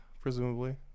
presumably